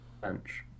bench